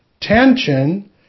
tension